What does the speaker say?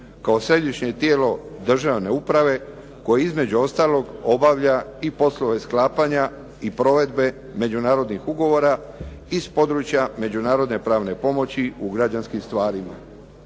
kao središnje tijelo državne uprave koje između ostalog obavlja i poslove sklapanja i provedbe međunarodnih ugovora iz područja međunarodne pravne pomoći u građanskim stvarima.